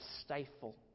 stifle